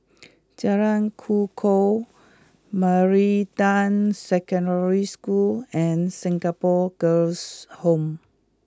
Jalan Kukoh Meridian Secondary School and Singapore Girls' Home